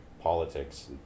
politics